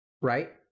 right